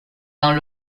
dans